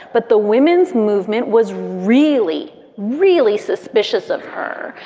but the women's movement was really, really suspicious of her.